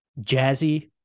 jazzy